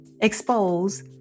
expose